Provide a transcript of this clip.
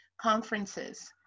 conferences